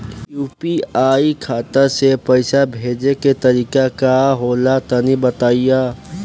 UPI खाता से पइसा भेजे के तरीका का होला तनि बताईं?